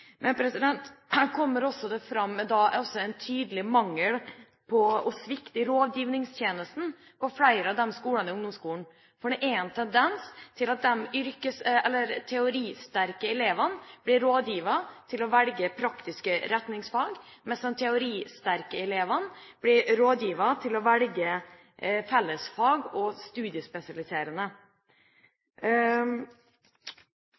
Men her kommer det også fram at det er tydelig mangel og svikt i rådgivningstjenesten på flere av ungdomsskolene, for det er en tendens til at de teorisvake elevene blir rådet til å velge praktiske retningsfag, mens de teoristerke elevene blir rådet til å velge fellesfag og studiespesialiserende